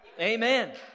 Amen